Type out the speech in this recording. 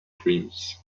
dreams